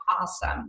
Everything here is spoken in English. awesome